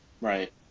Right